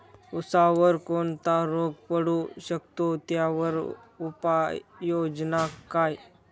ऊसावर कोणता रोग पडू शकतो, त्यावर उपाययोजना काय?